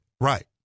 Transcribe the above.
Right